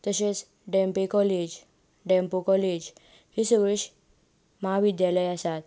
तशेंच Dempe college Dempo college हीं सगळ्योच महाविद्यालयां आसात